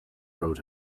road